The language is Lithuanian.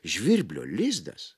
žvirblio lizdas